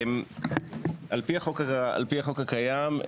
על פי החוק הקיים,